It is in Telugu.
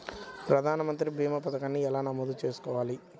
ప్రధాన మంత్రి భీమా పతకాన్ని ఎలా నమోదు చేసుకోవాలి?